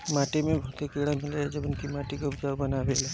माटी में बहुते कीड़ा मिलेला जवन की माटी के उपजाऊ बनावेला